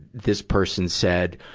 this person said,